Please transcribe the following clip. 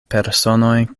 personoj